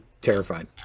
terrified